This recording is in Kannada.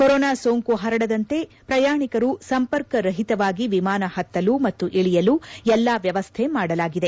ಕೊರೊನಾ ಸೋಂಕು ಪರಡದಂತೆ ಪ್ರಯಾಣಿಕರು ಸಂಪರ್ಕರಹಿತವಾಗಿ ವಿಮಾನ ಹತ್ಗಲು ಮತ್ಗು ಇಳಿಯಲು ಎಲ್ಲಾ ವ್ಲವಸ್ಥೆ ಮಾಡಲಾಗಿದೆ